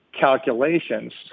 calculations